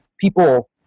people